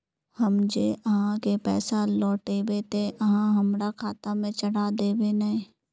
हम जे आहाँ के पैसा लौटैबे ते आहाँ हमरा खाता में चढ़ा देबे नय?